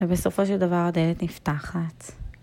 ובסופו של דבר הדלת ניפתחת.